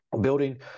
building